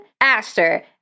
Aster